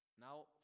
Now